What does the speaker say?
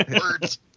Words